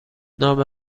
نام